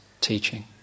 teaching